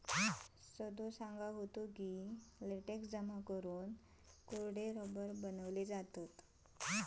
सदो सांगा होतो, लेटेक्स जमा करून कोरडे रबर बनवतत